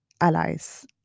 allies